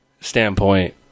standpoint